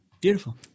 Beautiful